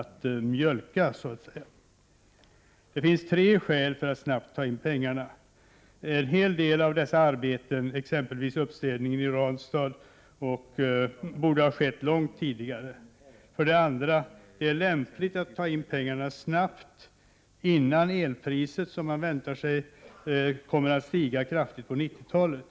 15 december 1988 Det finns tre skäl för att snabbt ta in pengarna. För det första borde enhel. = del av arbetena, exempelvis uppstädningen i Ranstad, ha skett långt tidigare. För det andra är det lämpligt att ta in pengarna snabbt innan elpriset, som man väntar sig, kommer att stiga kraftigt på 90-talet.